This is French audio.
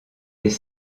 les